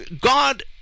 God